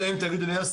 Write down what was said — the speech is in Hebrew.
אלא אם תגידו לי יאסר,